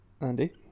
Andy